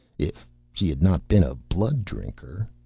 if she had not been a blood-drinker.